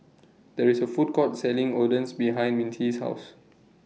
There IS A Food Court Selling Oden behind Mintie's House